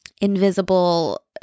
invisible